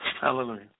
Hallelujah